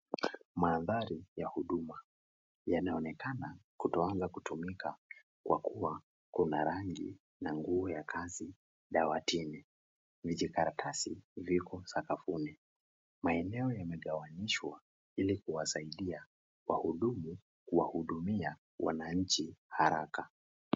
Manthari ya huduma. Yanaonekana kutoanza kutumika, kwa kuwa kuna rangi ya nguo ya kazi dawatini. Vijikaratasi vyeupe, viko sakafuni. Maeneo yamegawanyishwa ili kuwasaida wahudumu kuwahudumia wananchi haraka.